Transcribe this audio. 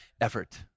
effort